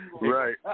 Right